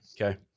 Okay